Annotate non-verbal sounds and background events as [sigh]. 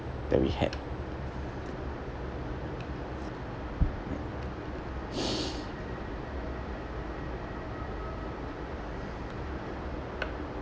that we had [noise]